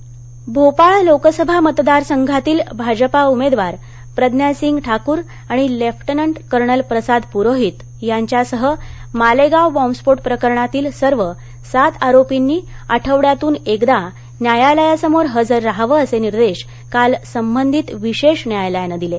मालेगाव भोपाळ लोकसभा मतदारसंघातील भाजपा उमेदवार प्रज्ञासिंग ठाकूर आणि लेफ्टनंट कर्नल प्रसाद पुरोहित यांच्यासह मालेगाव बॉबस्फोट प्रकरणातील सर्व सात आरोपींनी आठवड्यातून एकदा न्यायालयासमोर हजर रहावं असे निर्देश काल संबंधित विशेष न्यायालयानं दिले